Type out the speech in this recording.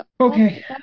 Okay